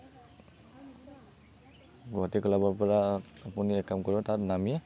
গুৱাহাটী ক্লাবৰ পৰা আপুনি এক কাম কৰিব তাত নামি